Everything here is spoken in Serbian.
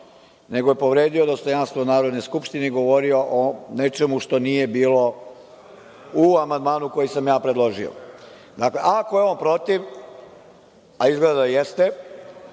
nego je povredio dostojanstvo Narodne skupštine i govorio o nečemu što nije bilo u amandmanu koji sam ja predložio. Ako je on protiv, a izgleda da jeste,